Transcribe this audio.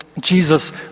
Jesus